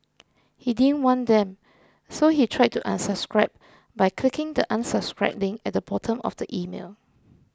he didn't want them so he tried to unsubscribe by clicking the Unsubscribe link at the bottom of the email